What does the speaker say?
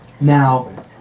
Now